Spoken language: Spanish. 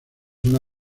una